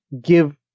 give